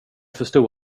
förstod